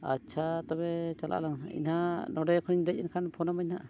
ᱟᱪᱪᱷᱟ ᱛᱚᱵᱮ ᱪᱟᱞᱟᱜ ᱟᱞᱟᱰᱝ ᱦᱟᱸᱜ ᱤᱧᱟᱹᱜ ᱱᱚᱰᱮ ᱠᱷᱚᱡ ᱤᱧ ᱫᱮᱡ ᱮᱱᱠᱷᱟᱱ ᱯᱷᱳᱱᱟᱹᱢᱟᱹᱧ ᱱᱟᱦᱟᱜ